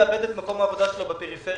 אם מישהו יאבד את מקום העבודה שלו בפריפריה,